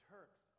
Turks